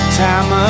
time